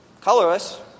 Colorless